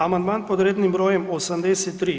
Amandman pod rednim brojem 83.